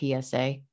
PSA